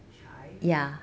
chives